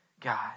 God